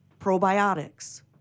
probiotics